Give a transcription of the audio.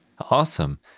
Awesome